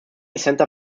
center